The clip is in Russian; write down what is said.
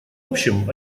общем